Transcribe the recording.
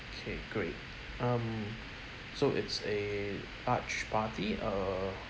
K great um so it's a large party err